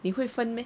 你会分 meh